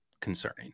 concerning